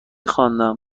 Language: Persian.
خواندم